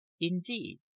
Indeed